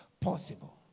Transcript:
possible